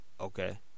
okay